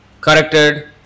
corrected